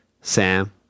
Sam